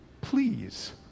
Please